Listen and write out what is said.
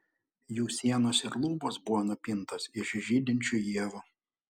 jų sienos ir lubos buvo nupintos iš žydinčių ievų